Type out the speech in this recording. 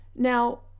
Now